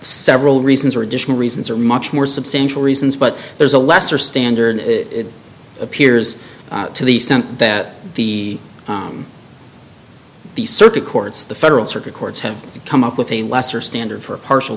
several reasons for additional reasons or much more substantial reasons but there's a lesser standard it appears to the extent that the the circuit courts the federal circuit courts have come up with a lesser standard for a partial